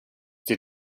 did